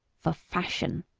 for fashion!